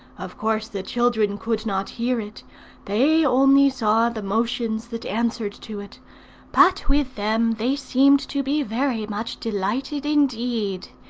of course the children could not hear it they only saw the motions that answered to it but with them they seemed to be very much delighted indeed,